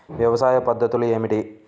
వ్యవసాయ పద్ధతులు ఏమిటి?